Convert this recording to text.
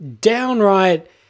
downright